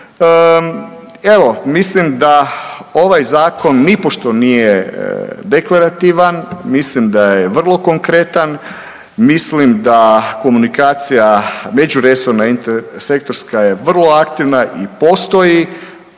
Evo mislim da ovaj zakon nipošto nije deklarativan. Mislim da je vrlo konkretan, mislim da komunikacija međuresorna, sektorska je vrlo aktivna i postoji